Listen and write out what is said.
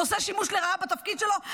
ועושה שימוש לרעה בתפקיד שלו,